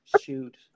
shoot